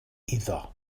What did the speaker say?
iddo